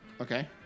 Okay